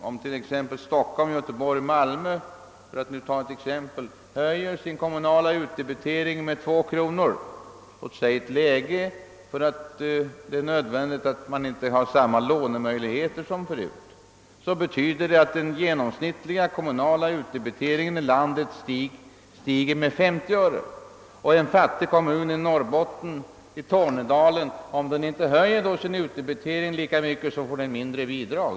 Om t.ex. Stockholm, Göteborg och Malmö i ett speciellt läge höjer den kommunala utdebiteringen med 2 kronor därför att man anser det nödvändigt och därför att man inte har samma lånemöjligheter som förut, så betyder det att den genomsnittliga kommunala utdebiteringen i landet stiger med 50 öre. Om en fattig kommun i Tornedalen då inte höjer sin utdebitering lika mycket får den mindre bidrag.